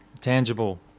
tangible